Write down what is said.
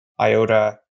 IOTA